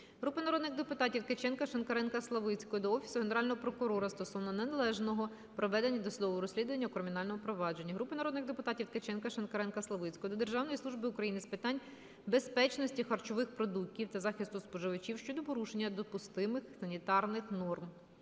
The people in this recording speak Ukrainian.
Групи народних депутатів (Ткаченка, Шинкаренка, Славицької) до Офісу Генерального прокурора стосовно неналежного проведення досудового розслідування у кримінальному провадженні. Групи народних депутатів (Ткаченка, Шинкаренка, Славицької) до Державної служби України з питань безпечності харчових продуктів та захисту споживачів щодо порушення допустимих санітарних норм.